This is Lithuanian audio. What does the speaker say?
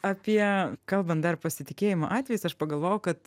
apie kalbant dar pasitikėjimo atvejiais aš pagalvojau kad